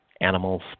animals